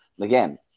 again